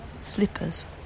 slippers